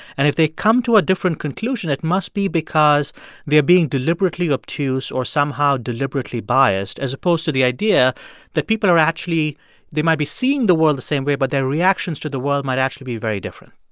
and if they come to a different conclusion, it must be because they're being deliberately obtuse or somehow deliberately biased, as opposed to the idea that people are actually they might be seeing the world the same way, but their reactions to world might actually be very different